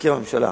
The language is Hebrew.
מזכיר הממשלה,